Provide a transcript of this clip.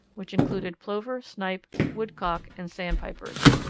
which included plover, snipe, woodcock, and sandpipers.